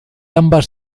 ambas